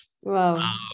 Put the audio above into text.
Wow